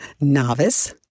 novice